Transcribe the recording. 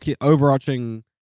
overarching